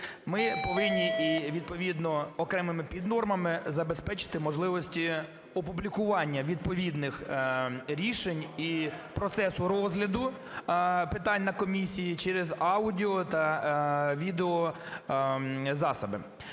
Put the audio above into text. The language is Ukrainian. ми повинні і відповідно окремими піднормами забезпечити можливості опублікування відповідних рішень і процесу розгляду питань на комісії через аудіо- та відеозасоби.